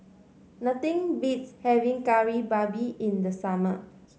nothing beats having Kari Babi in the summer